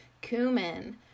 cumin